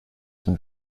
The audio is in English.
some